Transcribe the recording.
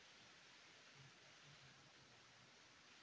KCC बीमा कब आएगा?